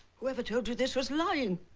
who ever told you this was lying.